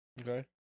Okay